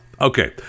Okay